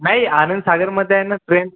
नाही आनंदसागरमधे आहे ना ट्रेन